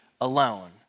alone